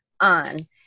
On